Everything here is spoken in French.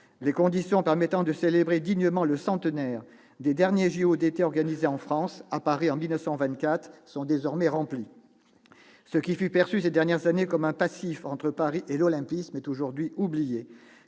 Les conditions permettant de célébrer dignement le centenaire des derniers JO d'été organisés en France- à Paris en 1924 -sont désormais remplies. Ce qui fut perçu ces dernières années comme un passif entre Paris et l'olympisme est aujourd'hui oublié.